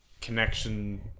connection